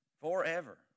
Forever